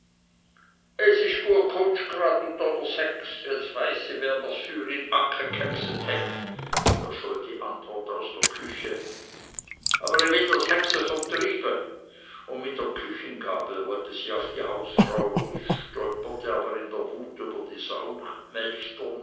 es ist guet chunst grad du donners hex jetzt weiß i wer mr ds für i anke g'hexet het scholl die antwort aus der küche aber i will dr ds hexe vertrybe und mit der küchengabel wollte sie auf die hausfrau los stolperte aber in der wut über die